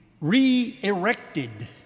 re-erected